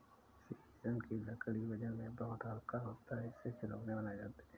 शीशम की लकड़ी वजन में बहुत हल्का होता है इससे खिलौने बनाये जाते है